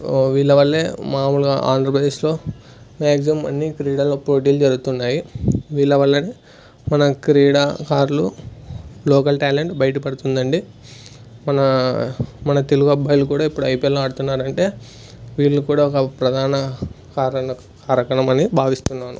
so వీళ్ళ వల్ల మామూలుగా ఆంధ్రప్రదేశ్లో మ్యాక్సిమం అన్ని క్రీడలలో పోటీలు జరుగుతున్నాయి వీళ్ళ వల్ల మన క్రీడాకారులు లోకల్ ట్యాలెంట్ బయటపడుతుంది అండి మన మన తెలుగు అబ్బాయిలు కూడా ఇప్పుడు ఐపీఎల్లో ఆడుతున్నారు అంటే వీళ్ళ కూడా ఒక ప్రధాన కారణ కారణం అని భావిస్తున్నాను